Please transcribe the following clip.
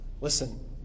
Listen